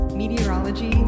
meteorology